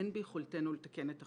אין ביכולתנו לתקן את החוק,